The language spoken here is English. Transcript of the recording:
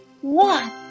one